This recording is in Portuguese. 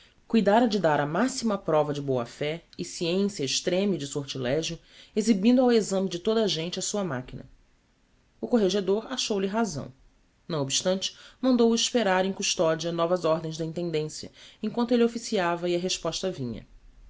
examinado cuidára dar a maxima prova de boa fé e sciencia estreme de sortilegio exhibindo ao exame de toda a gente a sua machina o corregedor achou-lhe razão não obstante mandou-o esperar em custodia novas ordens da intendencia em quanto elle officiava e a resposta vinha